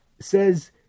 says